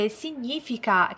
significa